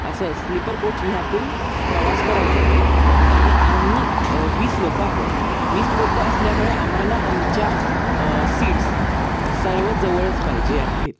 असं sleeper coach ह्यातून प्रवास करायचा आहे आणि आम्ही वीस लोकं आहोत वीस लोकं असल्यामुळे आम्हाला आमच्या सीट्स सर्व जवळच पाहिजे आहेत